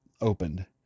opened